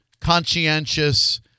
conscientious